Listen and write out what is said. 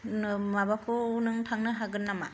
माबाखौ नोङो थांनो हागोन नामा